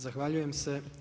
Zahvaljujem se.